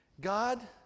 God